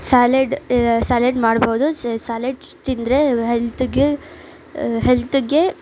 salad salad ಮಾಡ್ಬೋದು salads ತಿಂದರೆ ಹೆಲ್ತುಗೆ ಹೆಲ್ತುಗೆ